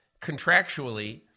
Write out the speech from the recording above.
contractually